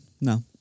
No